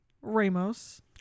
ramos